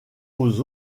aux